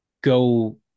go